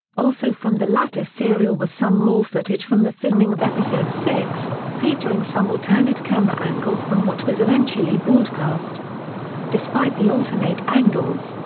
also from the latter serial was some raw footage from the filming of episode six, featuring some alternate camera angles from what was eventually broadcast despite the alternate angles,